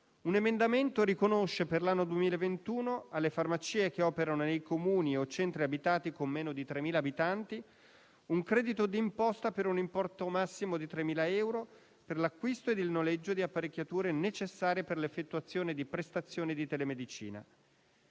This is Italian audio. un emendamento riconosce, per l'anno 2021, alle farmacie che operano nei Comuni o centri abitati con meno di 3.000 abitanti un credito di imposta per un importo massimo di 3.000 euro per l'acquisto e il noleggio di apparecchiature necessarie per l'effettuazione di prestazioni di telemedicina.